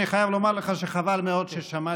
אני חייב לומר לך שחבל מאוד ששמעתי